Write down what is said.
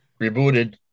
Rebooted